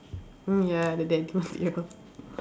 mm ya the daddy material